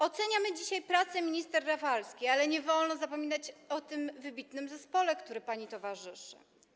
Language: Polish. Oceniamy dzisiaj pracę minister Rafalskiej, ale nie wolno zapominać o tym wybitny zespole, który pani towarzyszy.